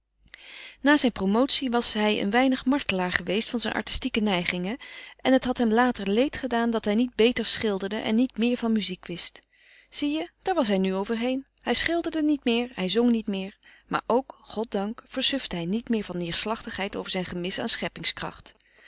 na zijn promotie was hij een weinig martelaar geweest van zijne artistieke neigingen en het had hem later leed gedaan dat hij niet beter schilderde en niet meer van muziek wist zie je daar was hij nu overheen hij schilderde niet meer hij zong niet meer maar ook goddank versufte hij niet meer van neêrslachtigheid over zijn gemis aan scheppingskracht